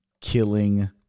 killing